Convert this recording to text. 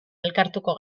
elkartuko